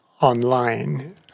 online